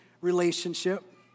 relationship